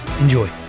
Enjoy